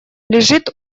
лежит